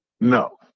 No